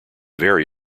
very